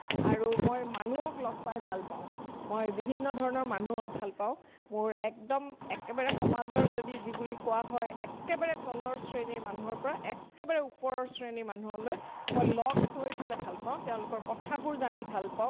আৰু মই মানুহক লগ পাই ভাল পাওঁ মই বিভিন্ন ধৰণৰ মানুহক ভাল পাওঁ মোৰ একদম একেবাৰে সমাজৰ যদি যি বুলি কোৱা হয় একেবাৰে তলৰ শ্ৰেণীৰ মানুহৰ পৰা একেবাৰে ওপৰৰ শ্ৰেণীৰ মানুহলৈ মই লগ হৈ পেলাই ভাল পাওঁ তেওঁলোকৰ কথাবোৰ জানি ভাল পাওঁ